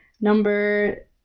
number